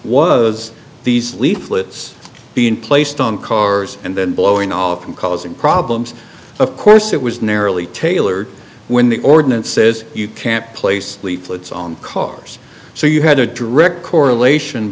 was these leaflets being placed on cars and then blowing all up and causing problems of course it was narrowly tailored when the ordinance says you can't place leaflets on cars so you had a direct correlation